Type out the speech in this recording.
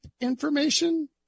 information